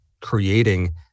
creating